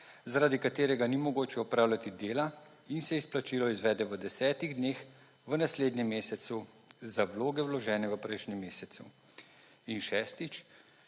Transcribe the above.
zaradi katerega ni mogoče opravljati dela in se izplačilo izvede v desetih dneh, v naslednjem mesecu, za vloge, vložene v prejšnjem mesecu in šestič,